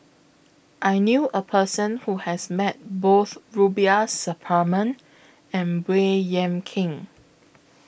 I knew A Person Who has Met Both Rubiah Suparman and Baey Yam Keng